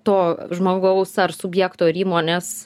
to žmogaus ar subjekto ar įmonės